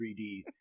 3D